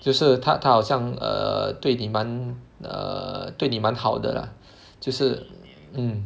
就是他他好像 err 对你蛮 err 对你蛮好的 lah 就是 mm